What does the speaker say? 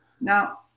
now